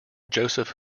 joseph